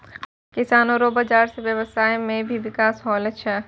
किसानो रो बाजार से व्यबसाय मे भी बिकास होलो छै